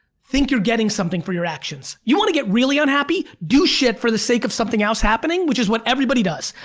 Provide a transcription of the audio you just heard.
think you're getting something for your actions. you wanna get really unhappy? do shit for the sake of something else happening, which is what everybody does.